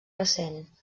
recent